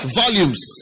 volumes